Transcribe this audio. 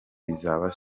bizaba